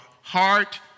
heart